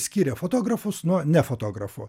skyrė fotografus nuo ne fotografų